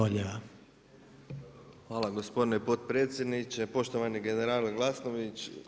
Hvala gospodine potpredsjedniče, poštovani generale Glasnović.